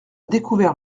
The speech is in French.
découvert